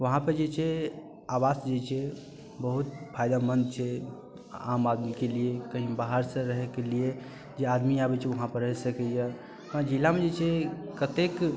वहाँ पे जे छै आवास जे छै बहुत फायदामंद छै आम आदमीके लिए कही बाहर से रहेके लिए जे आदमी आबैत छै वहाँ पर रहि सकैया हमरा जिलामे जे छै कतेक